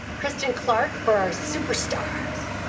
kristen clark for our super stars.